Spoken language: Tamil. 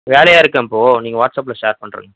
வேலையாக இருக்கேன் இப்போ நீங்கள் வாட்ஸ்அப்பில் ஷேர் பண்ணிறுங்க